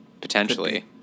Potentially